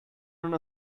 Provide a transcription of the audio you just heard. non